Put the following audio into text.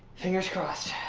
fingers crossed.